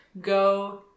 go